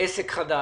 עסק חדש.